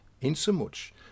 insomuch